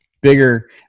bigger